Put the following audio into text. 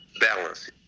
balance